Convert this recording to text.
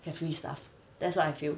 have free stuff that's what I feel